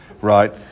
Right